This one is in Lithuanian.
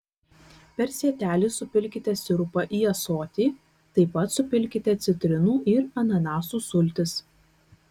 per sietelį supilkite sirupą į ąsotį taip pat supilkite citrinų ir ananasų sultis